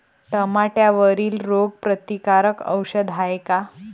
टमाट्यावरील रोग प्रतीकारक औषध हाये का?